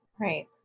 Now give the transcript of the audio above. Right